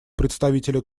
представителя